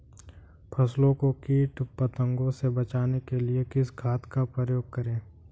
फसलों को कीट पतंगों से बचाने के लिए किस खाद का प्रयोग करें?